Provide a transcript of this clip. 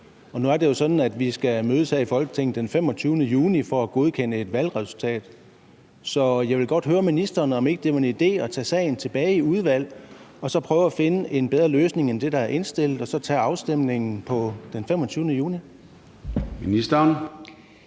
Nu er det jo sådan, at vi skal mødes her i Folketinget den 25. juni for at godkende et valgresultat. Så jeg vil godt høre ministeren, om ikke det var en idé at tage sagen tilbage i udvalget og så prøve at finde en bedre løsning end det, der er indstillet, og så tage afstemningen den 25. juni. Kl.